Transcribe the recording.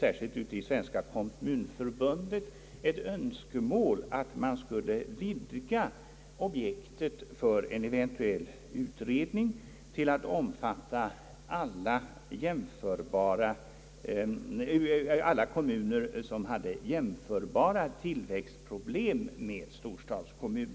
särskilt från Svenska kommunförbundet, ett önskemål om att man skulle vidga objektet för en eventuell utredning till att omfatta alla kommuner som hade med storstadsområdena jämförbara tillväxtproblem.